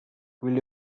will